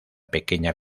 pequeña